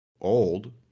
old